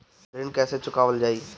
ऋण कैसे चुकावल जाई?